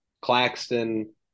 Claxton